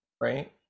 Right